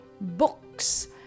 Books